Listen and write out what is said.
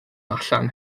allan